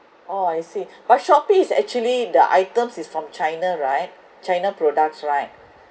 orh I see but Shopee is actually the items is from china right china products right